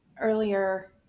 earlier